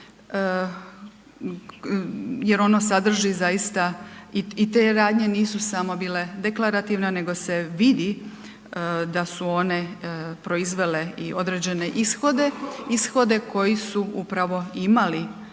jer ono sadrži zaista i te radnje nisu samo bile deklarativna, nego se vidi da su one proizvele i određene ishode, ishode koji su upravo imali za